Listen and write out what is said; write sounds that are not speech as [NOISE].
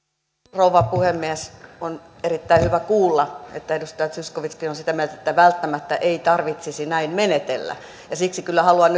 rouva puhemies on erittäin hyvä kuulla että edustaja zyskowiczkin on sitä mieltä että välttämättä ei tarvitsisi näin menetellä siksi kyllä haluan [UNINTELLIGIBLE]